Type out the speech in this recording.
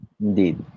Indeed